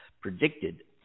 predicted